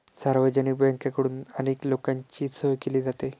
सार्वजनिक बँकेकडून अनेक लोकांची सोय केली जाते